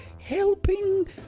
helping